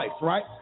right